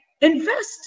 invest